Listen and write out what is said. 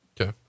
Okay